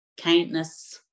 kindness